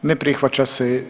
Ne prihvaća se.